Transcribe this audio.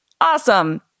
Awesome